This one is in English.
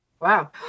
Wow